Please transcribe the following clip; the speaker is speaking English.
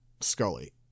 Scully